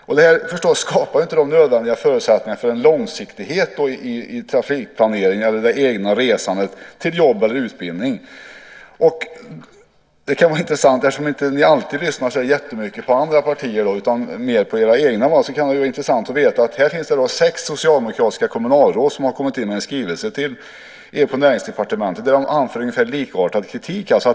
Det skapar förstås inte de nödvändiga förutsättningarna för en långsiktighet i trafikplaneringen eller i det egna resandet till jobb eller utbildning. Det kan vara intressant - med tanke att ni inte alltid lyssnar så mycket på andra partiers representanter utan mera på era egna - att veta att sex socialdemokratiska kommunalråd har kommit in med en skrivelse till Näringsdepartementet där de anför ungefär likartad kritik.